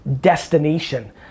destination